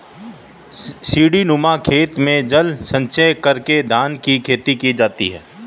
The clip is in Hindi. सीढ़ीनुमा खेत में जल संचय करके धान की खेती की जाती है